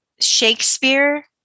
Shakespeare